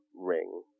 ring